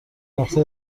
نقطه